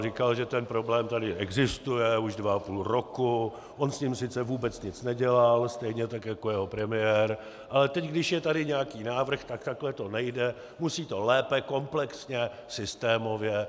Říkal, že ten problém tady existuje už dva a půl roku, on s tím sice vůbec nic nedělal, stejně tak jako jeho premiér, ale teď, když je tady nějaký návrh, tak takhle to nejde, musí se lépe, komplexně, systémově.